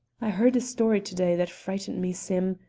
i heard a story to-day that frightened me, sim,